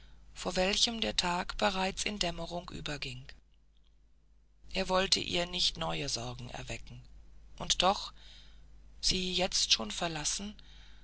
vor welchem der tag bereits in dämmerung überging er wollte ihr nicht neue sorgen erwecken und doch sie jetzt schon verlassen